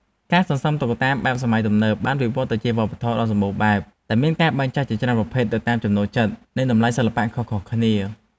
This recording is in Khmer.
ការសន្សំតុក្កតាបែបសម័យទំនើបបានវិវត្តន៍ទៅជាវប្បធម៌ដ៏សម្បូរបែប ដែលមានការបែងចែកជាច្រើនប្រភេទទៅតាមចំណូលចិត្ត និងតម្លៃសិល្បៈខុសៗគ្នា។